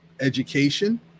education